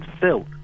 built